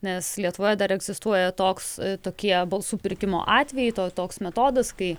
nes lietuvoje dar egzistuoja toks tokie balsų pirkimo atvejai toks metodas kai